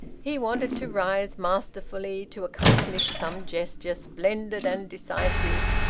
he wanted to rise masterfully, to accomplish some gesture splendid and decisive,